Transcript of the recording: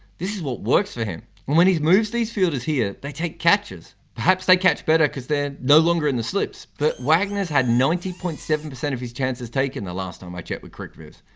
this is what works for him and when he moves these fielders here they take catches. perhaps they catch better because they're no longer in the slips but wagner's had ninety point seven of his chances taken. the last time i checked with cricviz,